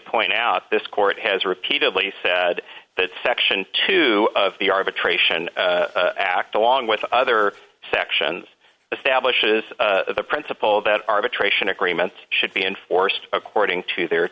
point out this court has repeatedly said that section two of the arbitration act along with other sections establishes the principle that arbitration agreement should be enforced according to their